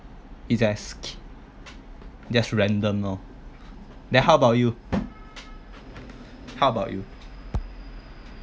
it's just just random oh then how about you how about you